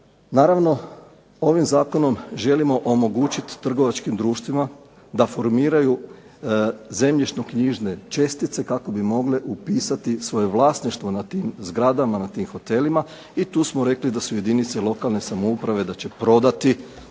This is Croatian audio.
Naravno, ovim zakonom želimo omogućiti trgovačkim društvima da formiraju zemljišnoknjižne čestice kako bi mogle upisati svoje vlasništvo nad tim zgradama, nad tim hotelima, i tu smo rekli da su jedinice lokalne samouprave, da će prodati